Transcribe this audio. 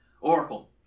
Oracle